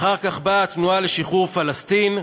אחר כך באו התנועה לשחרור פלסטין,